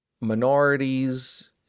minorities